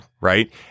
right